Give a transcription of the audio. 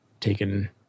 taken